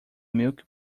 milk